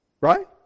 Right